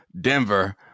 Denver